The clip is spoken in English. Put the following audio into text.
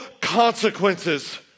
consequences